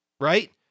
right